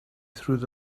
through